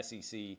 SEC